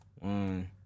One